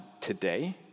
today